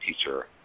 teacher